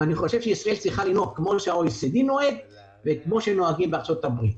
ישראל צריכה לנהוג כפי שה-OECD נוהג וכפי שנוהגים בארצות הברית.